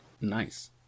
Nice